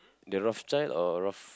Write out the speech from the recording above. the Rothschild or Roth~